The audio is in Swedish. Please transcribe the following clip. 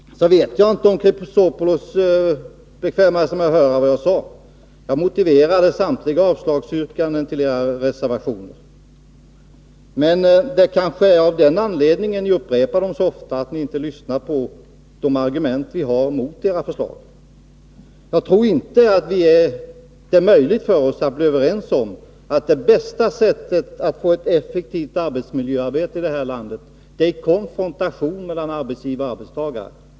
Jag vet inte om Alexander Chrisopoulos bekvämade sig att höra vad jag sade. Jag motiverade samtliga avslagsyrkanden på era reservationer. Men det kanske är av den anledningen att ni inte lyssnar på våra argument mot era förslag som ni upprepar förslagen så ofta. Jag tror inte att det är möjligt för oss att bli överens om att det bästa sättet att få ett effektivt arbetsmiljöarbete i det här landet är en konfrontation mellan arbetsgivare och arbetstagare.